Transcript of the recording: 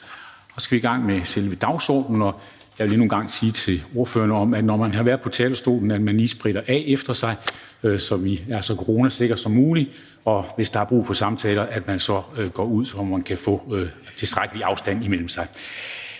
Så skal vi i gang med selve dagsordenen, og jeg vil endnu en gang sige til ordførerne, at når man har været på talerstolen, skal man lige spritte af efter sig, så vi er så coronasikret som muligt, og at man, hvis der er brug for at samtale, går ud af Folketingssalen, så der kan være tilstrækkelig afstand imellem de